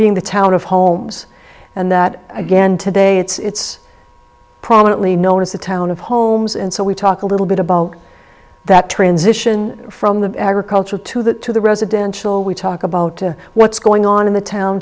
being the town of holmes and that again today it's prominently known as the town of holmes and so we talk a little bit about that transition from the agriculture to the to the residential we talk about what's going on in the town